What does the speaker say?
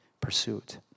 pursuit